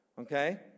Okay